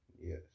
Yes